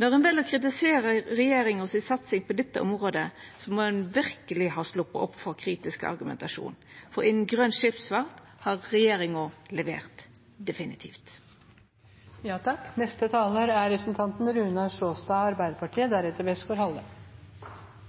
Når ein vel å kritisere regjeringa si satsing på dette området, må ein verkeleg ha sloppe opp for kritisk argumentasjon. For innan grøn skipsfart har regjeringa levert – definitivt. Den pågående koronapandemien er